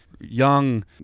young